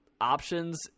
options